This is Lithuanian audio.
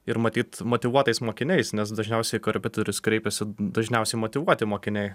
ir matyt motyvuotais mokiniais nes dažniausiai į korepetitorius kreipiasi dažniausiai motyvuoti mokiniai